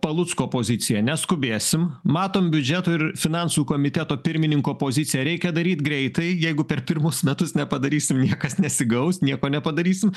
palucko poziciją neskubėsim matom biudžeto ir finansų komiteto pirmininko poziciją reikia daryt greitai jeigu per pirmus metus nepadarysim niekas nesigaus nieko nepadarysim